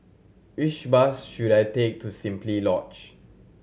which bus should I take to Simply Lodge